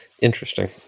Interesting